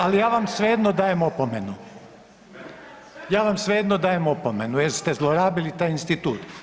Da, al ja vam svejedno dajem opomenu, ja vam svejedno dajem opomenu jer ste zlorabili taj institut.